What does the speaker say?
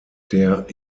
der